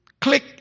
click